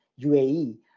UAE